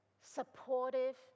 supportive